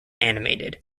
animated